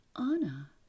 Anna